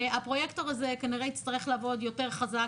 והפרויקטור הזה כנראה יצטרך לעבוד יותר חזק,